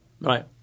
Right